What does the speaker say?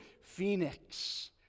Phoenix